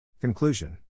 Conclusion